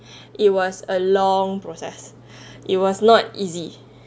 it was a long process it was not easy